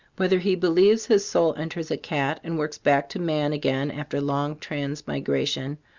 whether he believes his soul enters a cat and works back to man again after long transmigration,